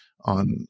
on